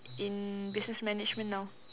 in business management now